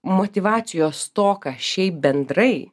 motyvacijos stoką šiaip bendrai